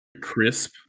crisp